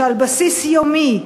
שעל בסיס יומי,